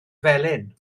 felyn